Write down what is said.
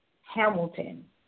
Hamilton